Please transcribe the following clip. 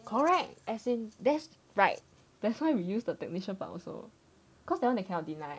correct as in that's right that's why we use the technician part also cause that one they cannot deny